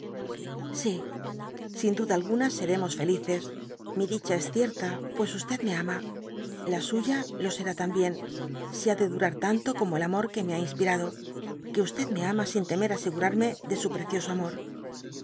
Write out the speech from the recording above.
oí sin duda alguna seremos felices mi dicha es cierta pues me ama la suya lo será también si ha de durar tanto como el amor que me ha inspirado que me ama sin temer asegurarme de su precioso amor